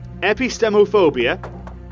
Epistemophobia